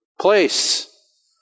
place